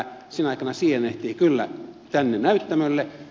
sinä aikana ehtii kyllä tänne näyttämölle